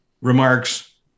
remarks